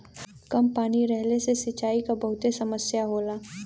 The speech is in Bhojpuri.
कम पानी रहले से सिंचाई क बहुते समस्या होला